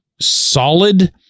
solid